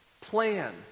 plan